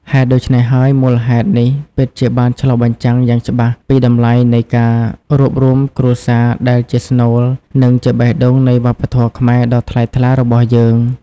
ហេតុដូច្នេះហើយ មូលហេតុនេះពិតជាបានឆ្លុះបញ្ចាំងយ៉ាងច្បាស់ពីតម្លៃនៃ ការរួបរួមគ្រួសារ ដែលជាស្នូល និងជាបេះដូងនៃវប្បធម៌ខ្មែរដ៏ថ្លៃថ្លារបស់យើង។